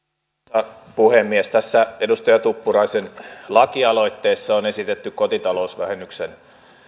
arvoisa puhemies tässä edustaja tuppuraisen lakialoitteessa on esitetty kotitalousvähennyksen